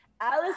Alice